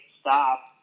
stop